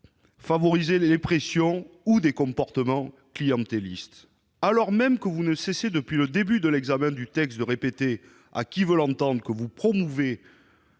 favoriser les pressions ou les comportements clientélistes. Alors même que vous ne cessez, depuis le début de l'examen de ce projet de loi, de répéter à qui veut l'entendre que vous promouvez